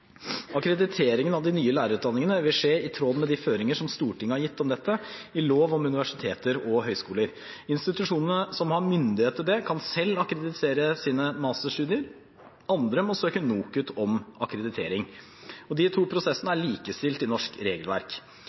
av de nye lærerutdanningene vil skje i tråd med de føringer som Stortinget har gitt om dette i lov om universiteter og høyskoler. Institusjonene som har myndighet til det, kan selv akkreditere sine masterstudier, andre må søke NOKUT om akkreditering. De to prosessene er likestilt i norsk regelverk.